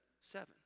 seven